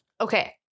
okay